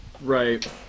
Right